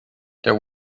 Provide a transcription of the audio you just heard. there